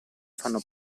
fanno